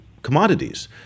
commodities